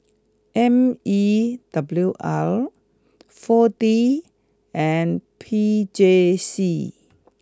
M E W R four D and P J C